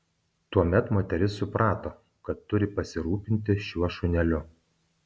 tuomet moteris suprato kad turi pasirūpinti šiuo šuneliu